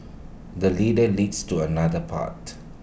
the leader leads to another path